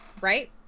right